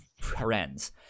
friends